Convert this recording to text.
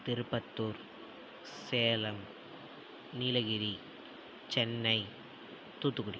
Tirupattur Salem Nilgiri Chennai Thoothukudi